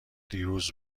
دیروز